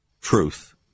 truth